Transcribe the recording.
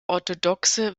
orthodoxe